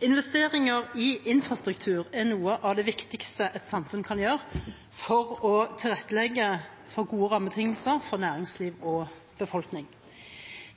Investeringer i infrastruktur er noe av det viktigste et samfunn kan gjøre for å tilrettelegge for gode rammebetingelser for næringsliv og befolkning.